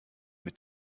mit